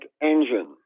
engine